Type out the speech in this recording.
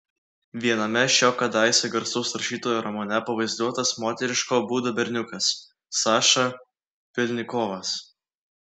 viename šio kadaise garsaus rašytojo romane pavaizduotas moteriško būdo berniukas saša pylnikovas